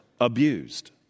abused